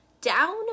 down